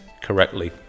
correctly